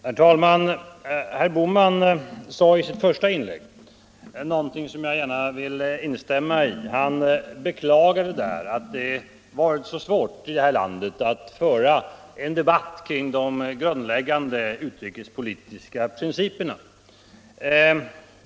Herr talman! Herr Bohman sade i sitt första inlägg någonting som jag gärna vill instämma i. Han beklagade att det varit så svårt att i vårt land föra en debatt kring de grundläggande utrikespolitiska principerna.